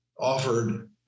offered